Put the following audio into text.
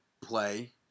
play